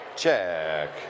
check